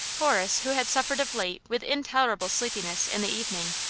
horace, who had suffered of late with intolerable sleepiness in the evening,